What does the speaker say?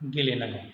गेलेनांगोन